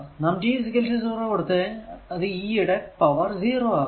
നാം t 0 കൊടുത്താൽ അത് e യുടെ പവർ 0 ആകും